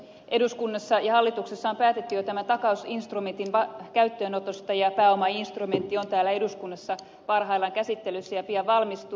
eduskunnassa ja hallituksessa on päätetty jo tämän takausinstrumentin käyttöönotosta ja pääomainstrumentti on täällä eduskunnassa parhaillaan käsittelyssä ja pian valmistuu